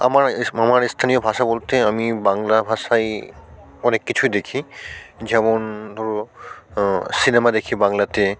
আমার আমার স্থানীয় ভাষা বলতে আমি বাংলা ভাষায় অনেক কিছুই দেখি যেমন ধরো সিনেমা দেখি বাংলাতে